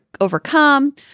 overcome